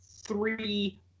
three